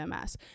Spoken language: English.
MS